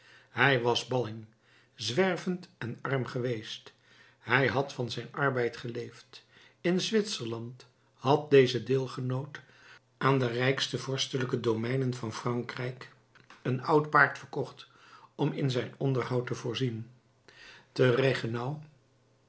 hij was balling zwervend en arm geweest hij had van zijn arbeid geleefd in zwitserland had deze deelgenoot aan de rijkste vorstelijke domeinen van frankrijk een oud paard verkocht om in zijn onderhoud te voorzien